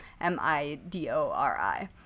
M-I-D-O-R-I